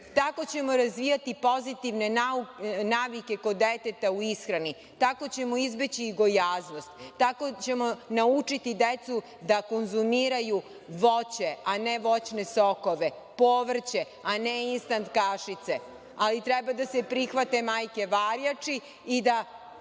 Tako ćemo razvijati pozitivne navike kod deteta u ishrani. Tako ćemo izbeći gojaznost. Tako ćemo naučiti decu da konzumiraju voće, a ne voćne sokove, povrće a ne instant kašice. Ali, treba da se prihvate majke varjače i da